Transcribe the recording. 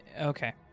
Okay